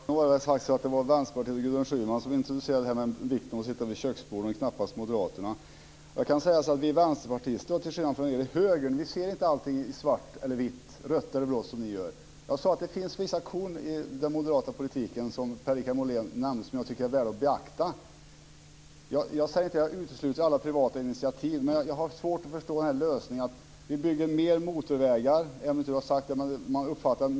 Fru talman! Nu var det faktiskt så att det var Vänsterpartiet och Gudrun Schyman som introducerade det här med vikten av att sitta vid köksbord, men knappast Moderaterna. Jag kan säga att vi vänsterpartister, till skillnad från er i högern, inte ser allting i svart eller vitt, rött eller blått. Jag sade att det finns vissa korn i den moderata politiken som Per-Richard Molén nämnde som jag tycker är värda att beakta. Jag säger inte att jag utesluter alla privata initiativ men jag har svårt att förstå den här lösningen; vi bygger mer motorvägar.